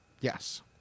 Yes